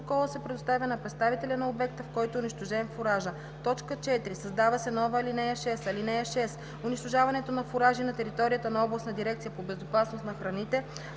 протокола се предоставя на представителя на обекта, в който е унищожен фуражът.“ 4. Създава се нова ал 6: „(6) Унищожаването на фуражи на територия на областна дирекция по безопасност на храните,